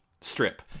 strip